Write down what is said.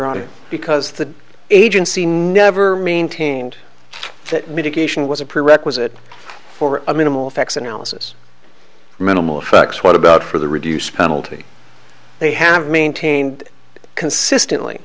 idea because the agency never maintained that mitigation was a prerequisite for a minimal effects analysis minimal effects what about for the reduced penalty they have maintained consistently